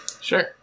Sure